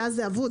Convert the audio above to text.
שאז זה אבוד,